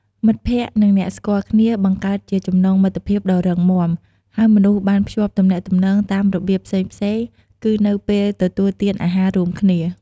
មិត្តភ័ក្តិ និងអ្នកស្គាល់គ្នាបង្កើតជាចំណងមិត្តភាពដ៏រឹងមាំ ហើយមនុស្សបានភ្ជាប់ទំនាក់ទំនងតាមរបៀបផ្សេងៗគឺនៅពេលទទួលទានអាហាររួមគ្នា។